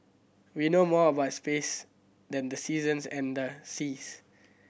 we know more about space than the seasons and the seas